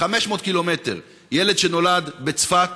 500 קילומטרים, ילד שנולד בצפת,